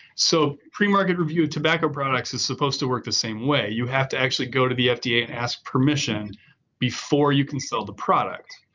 so pre-market review tobacco products is supposed to work the same way. you have to actually go to the fda, yeah ask permission before you can sell the product.